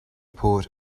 port